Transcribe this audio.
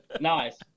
nice